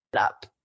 up